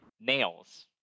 Nails